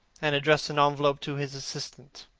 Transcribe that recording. and addressed an envelope to his assistant.